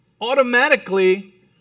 automatically